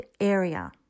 area